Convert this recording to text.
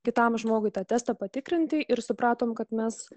kitam žmogui tą testą patikrinti ir supratome kad mes